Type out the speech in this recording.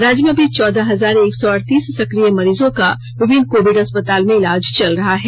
राज्य में अभी चौदह हजार एक सौ अड़तीस सकिय मरीजों का विभिन्न कोविड अस्पताल में इलाज चल रहा है